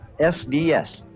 SDS